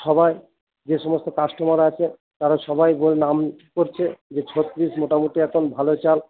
সবাই যে সমস্ত কাস্টোমার আছে তারা সবাই ওই নাম করছে যে ছত্রিশ মোটামুটি একটা ভালো চাল